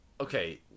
Okay